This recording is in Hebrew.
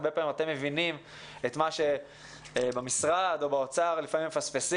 הרבה פעמים אתם מבינים את מה שבמשרד או באוצר לפעמים מפספסים.